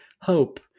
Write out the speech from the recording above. hope